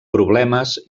problemes